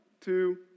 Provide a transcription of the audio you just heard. two